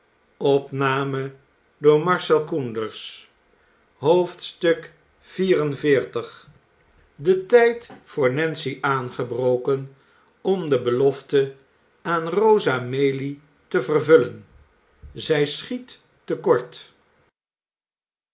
xliv db tijd voor nancy aangebroken om de belofte aan rosa maylie te vervullen zij schiet